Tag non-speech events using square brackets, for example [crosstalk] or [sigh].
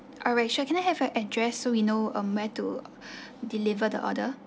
alright sure can I have your address so we know um where to [breath] deliver the order